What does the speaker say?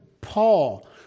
Paul